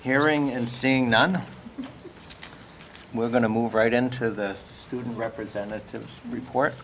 hearing and seeing none we're going to move right into the student representatives report